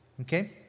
Okay